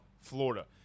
Florida